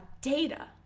data